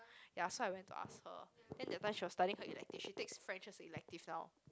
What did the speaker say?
ya so I went to ask her then that time she was studying her elective she takes French as her elective now